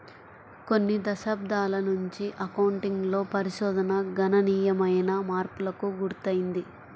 కొన్ని దశాబ్దాల నుంచి అకౌంటింగ్ లో పరిశోధన గణనీయమైన మార్పులకు గురైంది